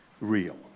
real